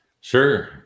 Sure